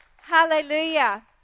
Hallelujah